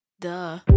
Duh